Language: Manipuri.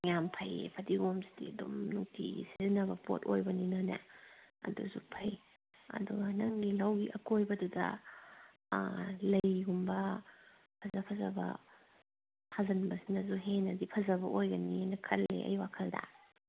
ꯌꯥꯝ ꯐꯩꯌꯦ ꯐꯗꯤꯒꯣꯝꯁꯤꯗꯤ ꯑꯗꯨꯝ ꯅꯨꯡꯇꯤꯒꯤ ꯁꯤꯖꯤꯟꯅꯕ ꯄꯣꯠ ꯑꯣꯏꯕꯅꯤꯅꯅꯦ ꯑꯗꯨꯁꯨ ꯐꯩ ꯑꯗꯣ ꯅꯪꯒꯤ ꯂꯧꯒꯤ ꯑꯀꯣꯏꯕꯗꯨꯗ ꯂꯩꯒꯨꯝꯕ ꯐꯖ ꯐꯖꯕ ꯊꯥꯖꯤꯟꯕꯁꯤꯅꯁꯨ ꯍꯦꯟꯅꯗꯤ ꯐꯖꯕ ꯑꯣꯏꯒꯅꯤꯅ ꯈꯜꯂꯦ ꯑꯩ ꯋꯥꯈꯜꯗ